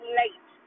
late